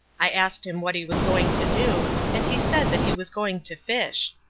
i asked him what he was going to do, and he said that he was going to fish.